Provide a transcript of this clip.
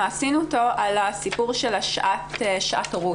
עשינו אותו על הסיפור של שעת הורות,